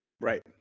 Right